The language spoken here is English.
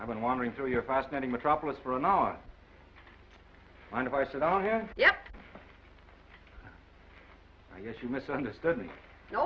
i've been wandering through your fascinating metropolis for an hour and if i said i'm here yet i guess you misunderstood me